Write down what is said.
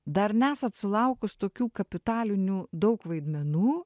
dar nesat sulaukus tokių kapitalinių daug vaidmenų